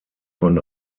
von